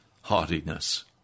haughtiness